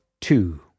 two